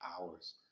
hours